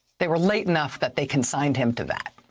they were late enough that they consigned him to that.